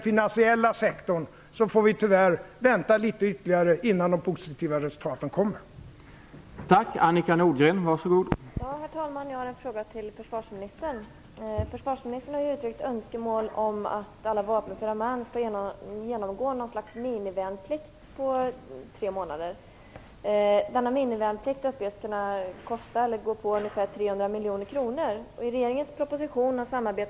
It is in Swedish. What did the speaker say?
Vi får tyvärr vänta ytterligare litet innan de positiva resultaten kommer i den finansiella sektorn.